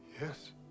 Yes